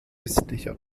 östlicher